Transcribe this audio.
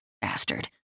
bastard